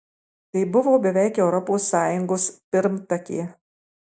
tai buvo beveik europos sąjungos pirmtakė